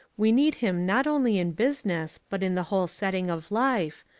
we need him not only in business but in the whole setting of life,